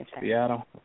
Seattle